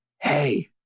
hey